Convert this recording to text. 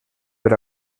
per